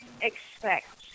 expect